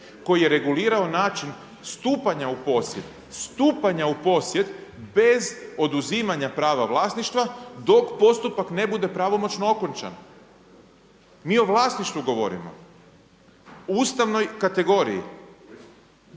koji je regulirao način stupanja u posjed bez oduzimanja prava vlasništva dok postupak ne bude pravomoćno okončan. Mi o vlasništvu govorimo, ustavnoj kategoriji.